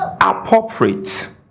appropriate